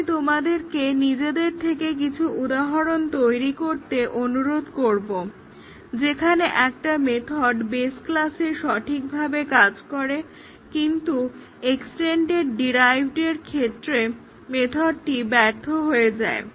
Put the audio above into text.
আমি তোমাদেরকে নিজেদের থেকে কিছু উদাহরণ তৈরি করতে অনুরোধ করবো যেখানে একটা মেথড বেস ক্লাসে সঠিকভাবে কাজ করে কিন্তু এক্সটেন্ডেড ডিরাইভডের ক্ষেত্রে মেথডটি ব্যর্থ হয়ে যায়